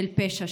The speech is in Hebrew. של פשע,